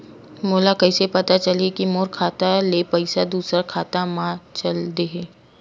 मोला कइसे पता चलही कि मोर खाता ले पईसा दूसरा खाता मा चल देहे?